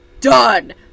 done